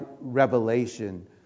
revelation